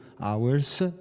hours